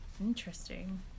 interesting